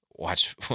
Watch